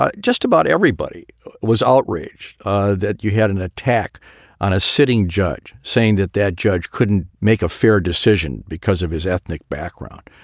ah just about everybody was outraged ah that you had an attack on a sitting judge saying that that judge couldn't make a fair decision because of his ethnic background,